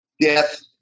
death